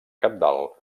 cabdal